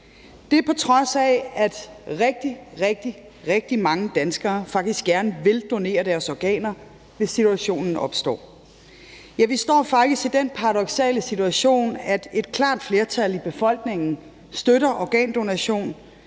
Det er, på trods af at rigtig, rigtig mange danskere faktisk gerne vil donere deres organer, hvis situationen opstår. Ja, vi står faktisk i den paradoksale situation, at et klart flertal i befolkningen støtter organdonation